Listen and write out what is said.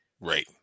Right